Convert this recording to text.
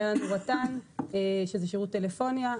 היה לנו רט"ן שזה שירות טלפוניה,